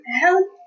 help